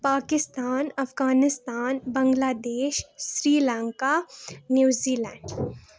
Pakistan Afghanistan Bangladesh Sri Lanka New Zealand